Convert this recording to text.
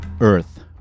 Earth